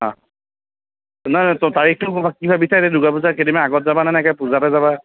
অ' নাই নাই তাৰিখটো কি ভাবিছা এতিয়া দূৰ্গা পূজাৰ কেইদিনমান আগত যাবা নে একেবাৰে পূজাতে যাবা